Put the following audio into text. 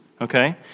okay